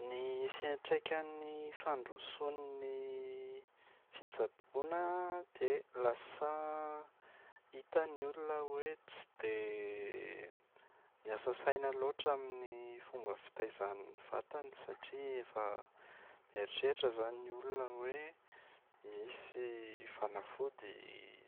Ny fiantraikan’ny fandrosoan’ny fitsaboana dia lasa hita ny olona hoe tsy dia miasa saina loatra amin’ny fomba fitaizany vatana satria efa mieritreritra izany ny olona hoe misy fanafaody